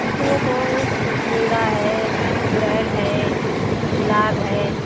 इस समय तो गेंदा है गुड़हल है गुलाब है